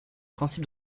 principes